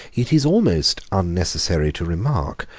it is almost unnecessary to remark,